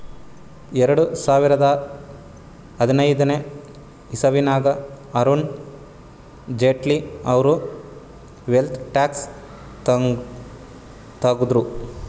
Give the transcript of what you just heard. ಎರಡು ಸಾವಿರದಾ ಹದಿನೈದನೇ ಇಸವಿನಾಗ್ ಅರುಣ್ ಜೇಟ್ಲಿ ಅವ್ರು ವೆಲ್ತ್ ಟ್ಯಾಕ್ಸ್ ತಗುದ್ರು